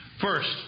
First